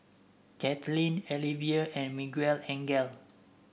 Kathlene Alivia and Miguelangel